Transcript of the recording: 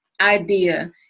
idea